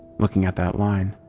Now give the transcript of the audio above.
looking at that line,